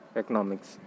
economics